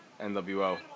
NWO